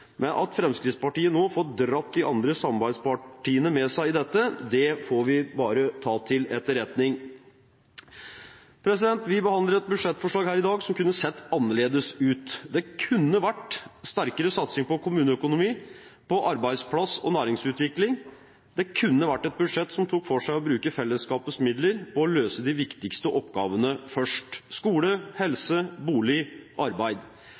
men at Fremskrittspartiet nå får dratt de andre samarbeidspartiene med seg i dette, det får vi bare ta til etterretning. Vi behandler et budsjettforslag her i dag som kunne sett annerledes ut. Det kunne vært sterkere satsing på kommuneøkonomi, på arbeidsplass- og næringsutvikling, det kunne vært et budsjett som tok for seg å bruke fellesskapets midler og løse de viktigste oppgavene først – skole, helse, bolig, arbeid.